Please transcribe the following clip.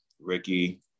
ricky